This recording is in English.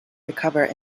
recover